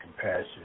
compassion